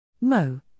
MO